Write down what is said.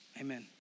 Amen